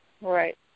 Right